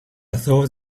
thought